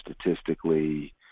statistically